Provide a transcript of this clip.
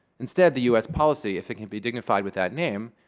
instead, the us policy, if it can be dignified with that name,